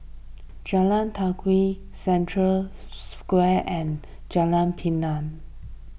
Jalan Telawi Century Square and Jalan Pemimpin